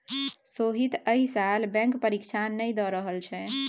सोहीत एहि साल बैंक परीक्षा नहि द रहल छै